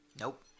Nope